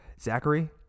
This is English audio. zachary